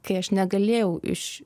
kai aš negalėjau iš